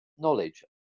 knowledge